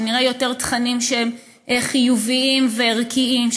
שנראה יותר תכנים חיוביים וערכיים,